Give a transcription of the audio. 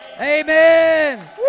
Amen